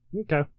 Okay